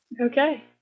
Okay